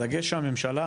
הדגש שהממשלה,